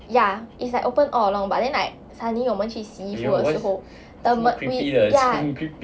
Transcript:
ya is like open all along but then like suddenly 我们去洗衣服的时候 the 门 we ya